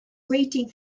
waiting